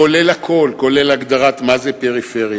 כולל הכול, כולל הגדרה מה זה פריפריה,